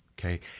okay